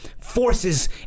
forces